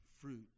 fruit